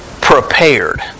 prepared